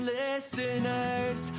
listeners